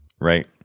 Right